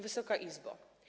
Wysoka Izbo!